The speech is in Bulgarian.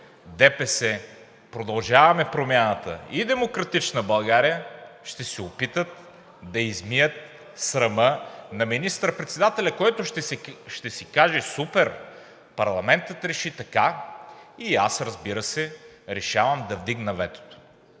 ДПС, „Продължаваме Промяната“ и „Демократична България“ ще се опитат да измият срама на министър-председателя, който ще си каже: „Супер, парламентът реши така и аз, разбира се, решавам да вдигна ветото.“